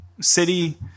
city